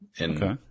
Okay